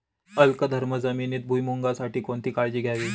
अल्कधर्मी जमिनीत भुईमूगासाठी कोणती काळजी घ्यावी?